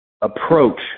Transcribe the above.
approach